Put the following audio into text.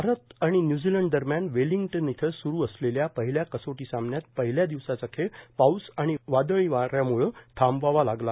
भारत आणि न्यूझीलंड दरम्यान वेलिंग्टन इथं सुरू असलेल्या पहिल्या कसोटी सामन्यात पहिल्या दिवसाचा खेळ पाऊस आणि वादळी वाऱ्यांमुळे थांबवावा लागला